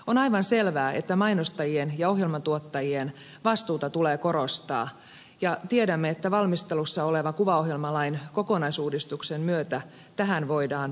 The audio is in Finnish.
on aivan selvää että mainostajien ja ohjelmantuottajien vastuuta tulee korostaa ja tiedämme että valmistelussa olevan kuvaohjelmalain kokonaisuudistuksen myötä tähän voidaan puuttua